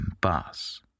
bus